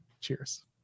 Cheers